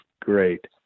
great